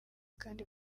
kandi